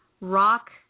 rock